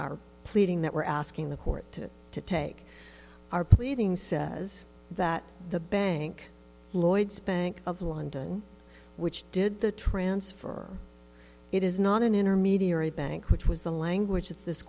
are pleading that we're asking the court to take our pleading says that the bank lloyds bank of london which did the transfer it is not an intermediary bank which was the language that this